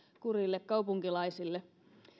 kurjille kaupunkilaisille